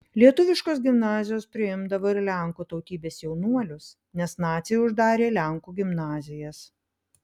lietuviškos gimnazijos priimdavo ir lenkų tautybės jaunuolius nes naciai uždarė lenkų gimnazijas